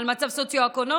על מצב סוציו-אקונומי,